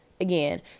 Again